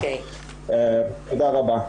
תודה רבה.